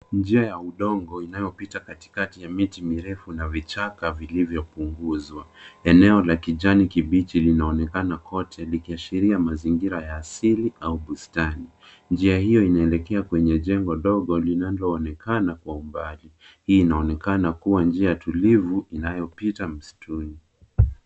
Njia ya udongo inayopita katikati ya miti mirefu na vichaka vilivyopunguwa. Eneo la kijani kibichi linaonekana kote, likiashiria mazingira ya asili au bustani. Njia hiyo inaelekea kwenye jengo ndogo, linaloonekana kwa umbali. Hii inaonekana kuwa njia tulivu, inayopita msituni.